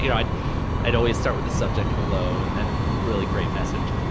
you know i'd i'd always start with the subject hello, and then, a really great message,